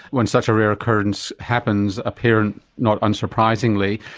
when such a rare occurrence happens a parent, not unsurprisingly,